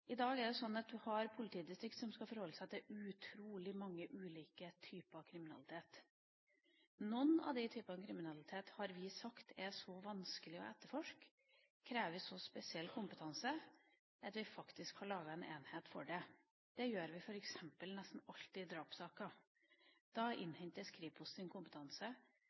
I dag er det slik at vi har politidistrikt som skal forholde seg til utrolig mange ulike typer kriminalitet. Noen av de typene kriminalitet har vi sagt er så vanskelige å etterforske og krever så spesiell kompetanse at vi faktisk har laget en enhet for dem. Det gjør vi f.eks. nesten alltid i drapssaker. Da innhentes Kripos’ kompetanse